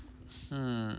mm